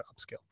upscale